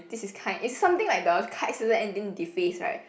this is kind is something like the kite ending deface right